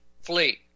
fleet